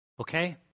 okay